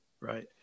right